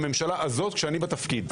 בממשלה הזו, כשאני בתפקיד.